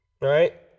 right